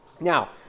now